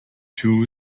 two